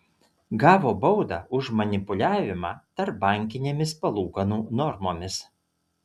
gavo baudą už manipuliavimą tarpbankinėmis palūkanų normomis